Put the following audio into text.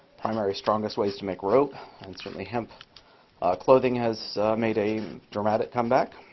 primary strongest ways to make rope. and certainly hemp clothing has made a dramatic comeback.